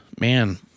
man